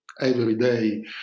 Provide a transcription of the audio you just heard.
everyday